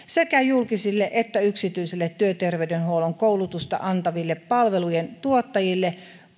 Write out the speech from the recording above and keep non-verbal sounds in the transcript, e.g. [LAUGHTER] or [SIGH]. [UNINTELLIGIBLE] sekä julkisille että yksityisille työterveyshuollon koulutusta antaville palvelujen tuottajille